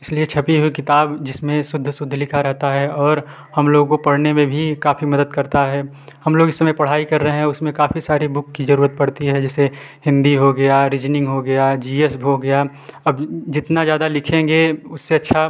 इसलिए छपी हुई किताब जिसमें शुद्ध शुद्ध लिखा रहता है और हम लोगों को पढ़ने में भी काफ़ी मदद करता है हम लोग इस समय पढ़ाई कर रहे हैं उसमें काफ़ी सारी बुक की जरूरत पड़ती है जैसे हिन्दी हो गया रीजनिंग हो गया जी एस भी हो गया अब जितना ज़्यादा लिखेंगे उससे अच्छा